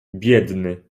biedny